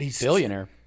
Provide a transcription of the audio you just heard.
Billionaire